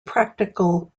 practical